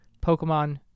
Pokemon